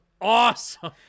awesome